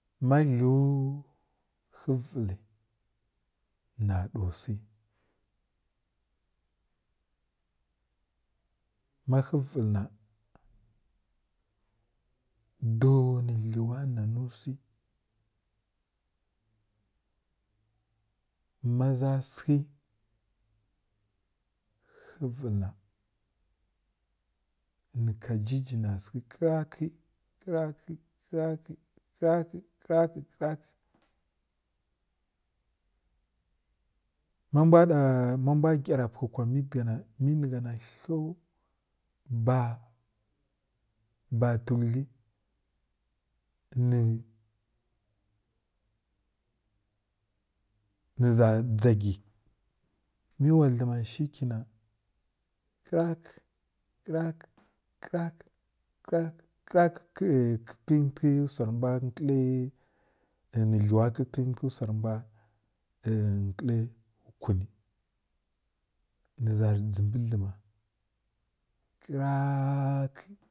Mu dləw həvəl na ɗo wsi ma həvəl na dow nə dləw na ni wsi ma za sekə həvəl na nə ka jə jə nə səkə kraakə kraak krakə krakə krakə krakə ma mbw na ma mbw gəra pwəkwa mədiga na mə ni gha hew ba tudlə nə za dʒagg mə wa dlema shi ki na krak krak krak krak krak kə kəlbi wsa rə mdw mkəl na dləw kəlkəl ti wsa rə mbw nkli kwi nə nə za rə dʒimbi dləma kraak.